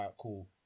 cool